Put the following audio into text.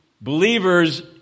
believers